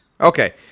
Okay